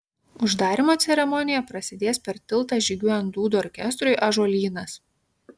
uždarymo ceremonija prasidės per tiltą žygiuojant dūdų orkestrui ąžuolynas